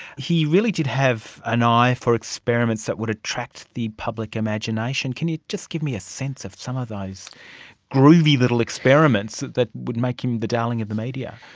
he really did have an eye for experiments that would attract the public imagination. can you just give me a sense of some of those groovy little experiments that would make him the darling of the media?